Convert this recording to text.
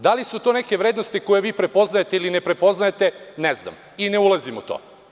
Da li su to neke vrednosti koje vi prepoznajete ili ne prepoznajete, ne znam i ne ulazim u to.